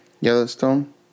Yellowstone